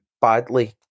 badly